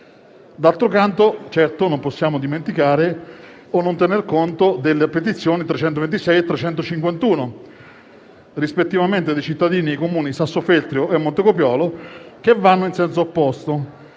D'altro canto, non possiamo dimenticare o non tener conto delle petizioni nn. 326 e 351, rispettivamente dei cittadini dei Comuni di Sassofeltrio e Montecopiolo, che vanno in senso opposto.